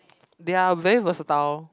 they're very versatile